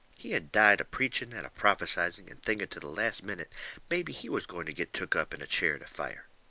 he had died a-preaching and a-prophesying and thinking to the last minute maybe he was going to get took up in a chariot of fire.